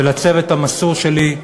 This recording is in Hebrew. ולצוות המסור שלי,